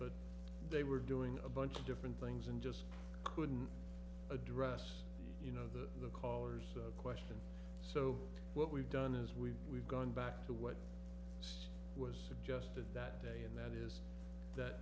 but they were doing a bunch of different things and just couldn't address the you know the caller's question so what we've done is we've we've gone back to what was suggested that day and that is that